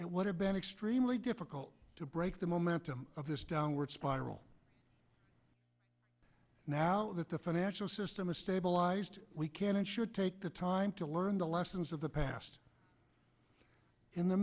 and would have been extremely difficult to break the momentum of this downward spiral now that the financial system has stabilized we can and should take the time to learn the lessons of the past in the